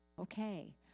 Okay